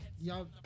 Y'all